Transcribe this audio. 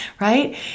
right